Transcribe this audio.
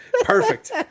Perfect